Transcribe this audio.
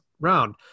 round